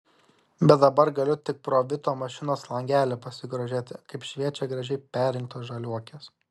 bet dabar galiu tik pro vito mašinos langelį pasigrožėti kaip šviečia gražiai perrinktos žaliuokės